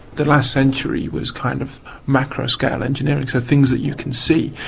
the last century was kind of macro-scale engineering, so things that you can see.